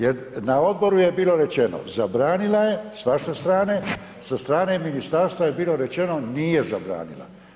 Jer na odboru je bilo rečeno, zabranila je, s vaše strane, sa strane ministarstva je bilo rečeno nije zabranila.